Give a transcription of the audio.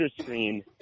screen